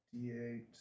D8